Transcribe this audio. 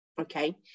Okay